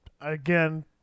again